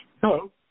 Hello